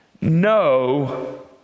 no